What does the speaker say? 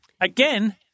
again